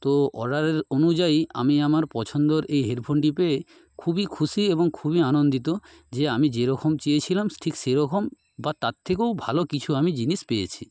তো অর্ডারের অনুযায়ী আমি আমার পছন্দের এই হেডফোনটি পেয়ে খুবই খুশি এবং খুবই আনন্দিত যে আমি যেরকম চেয়েছিলাম ঠিক সেরকম বা তার থেকেও ভালো কিছু আমি জিনিস পেয়েছি